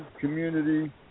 community